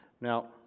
Now